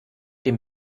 dem